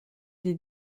des